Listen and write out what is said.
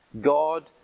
God